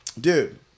Dude